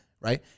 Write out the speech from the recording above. Right